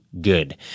good